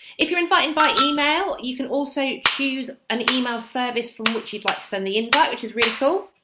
if you're inviting by email you can also choose an email service from which you'd like to send the invite which is really cool.